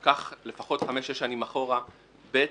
שקח לפחות חמש-שש שנים אחורה, בית